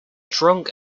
drunk